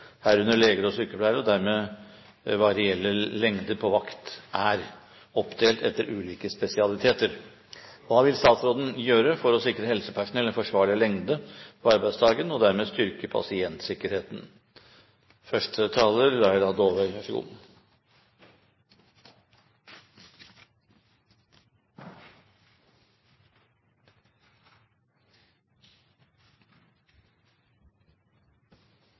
herunder leger og sykepleiere, dvs. hva som f.eks. er de reelle lengdene på vakter, gjerne også oppdelt etter ulike spesialiteter. Så mitt spørsmål til statsråden er hva hun kan gjøre, og vil gjøre, for å sikre helsepersonell en forsvarlig lengde på arbeidsdagen, og dermed ikke minst styrke pasientsikkerheten.